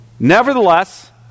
Nevertheless